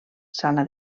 sala